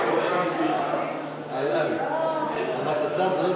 אהלן, עברת צד?